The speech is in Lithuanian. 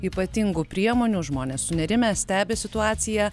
ypatingų priemonių žmonės sunerimę stebi situaciją